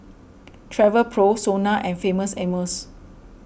Travelpro sona and Famous Amos